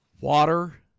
Water